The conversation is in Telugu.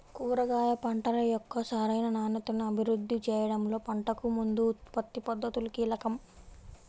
కూరగాయ పంటల యొక్క సరైన నాణ్యతను అభివృద్ధి చేయడంలో పంటకు ముందు ఉత్పత్తి పద్ధతులు కీలకం